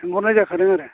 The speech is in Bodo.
सोंहरनाय जाखादों आरो